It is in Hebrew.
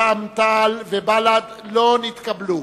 רע"ם-תע"ל ובל"ד לא נתקבלה.